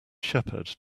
shepherd